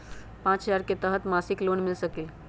पाँच हजार के तहत मासिक लोन मिल सकील?